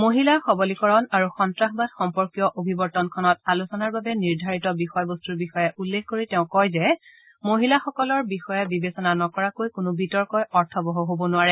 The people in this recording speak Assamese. মহিলা সবলীকৰণ আৰু সন্নাসবাদ সম্পৰ্কীয় অভিৱৰ্তনখনত আলোচনাৰ বাবে নিৰ্ধাৰিত বিষয়বস্তুৰ বিষয়ে উল্লেখ কৰি তেওঁ কয় যে মহিলাসকলৰ বিষয়ে বিবেচনা নকৰাকৈ কোনো বিতৰ্কই অৰ্থবহ হব নোৱাৰে